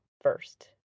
first